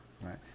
right